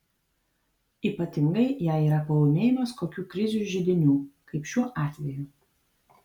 ypatingai jei yra paūmėjimas kokių krizių židinių kaip šiuo atveju